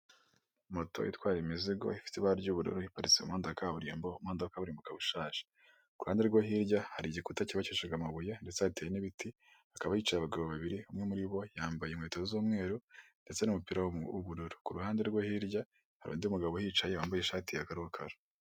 Moto itwara imizigo ifite ibara ry'ubururu iparitse mu muhanda wa kaburimbo , umuhanda wa kaburimbo ukaba ushaje. kuruhande rwo hirya hari igikuta cyubakishaga amabuye ndetse hateye n'ibiti hakaba hicaye abagabo babiri, umwe muri bo yambaye inkweto z'umweru ndetse n'umupira w' ubururu, ku ruhande rwo hirya hari undi mugabo uhicaye wambaye ishati ya karokaro